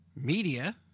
media